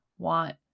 want